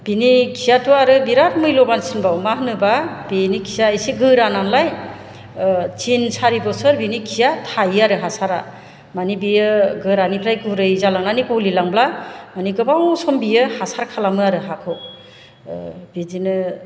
बिनि खियाथ' आरो बिराद मैल'बानसिनबाव मा होनोब्ला बेनि खिया इसे गोरा नालाय तिन सारि बोसोर बिनि खिया थायो आरो हासारा माने बियो गोरानिफ्राय गुरै जालांनानै गलिलांब्ला माने गोबाव सम बियो हासार खालामो आरो हाखौ बिदिनो